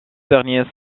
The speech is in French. derniers